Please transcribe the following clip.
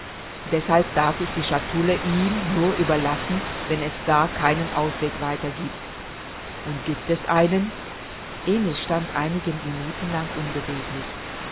deßhalb darf ich die chatoulle ihm nur überlassen wenn es gar keinen ausweg weiter giebt und giebt es einen emil stand einige minuten lang unbeweglich